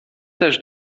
też